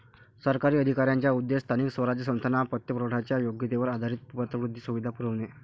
सरकारी अधिकाऱ्यांचा उद्देश स्थानिक स्वराज्य संस्थांना पतपुरवठ्याच्या योग्यतेवर आधारित पतवृद्धी सुविधा पुरवणे